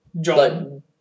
John